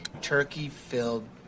turkey-filled